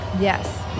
Yes